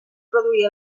produir